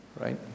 Right